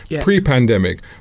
pre-pandemic